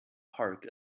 park